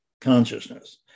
consciousness